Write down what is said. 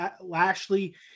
Lashley